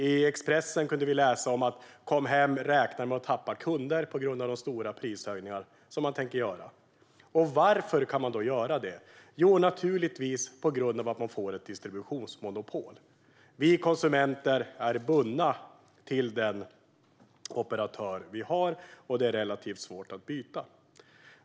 I Expressen kunde vi läsa att Com Hem räknar med att tappa kunder på grund av de stora prishöjningar man tänker göra. Varför kan man då göra dem? Jo, naturligtvis på grund av att man får distributionsmonopol. Vi konsumenter är bundna till den operatör vi har, och det är relativt svårt att byta.